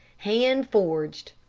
hand-forged.